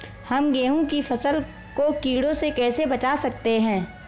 हम गेहूँ की फसल को कीड़ों से कैसे बचा सकते हैं?